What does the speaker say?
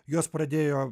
juos pradėjo